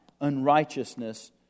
unrighteousness